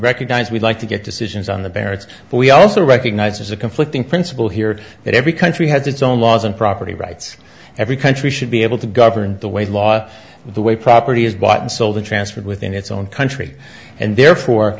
recognize we'd like to get decisions on the barents but we also recognize there's a conflicting principle here that every country has its own laws and property rights every country should be able to govern the way the law the way property is bought and sold in transferred within it's own country and therefore